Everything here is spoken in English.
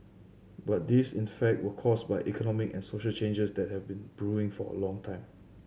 but these in fact were caused by economic and social changes that have been brewing for a long time